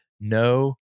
No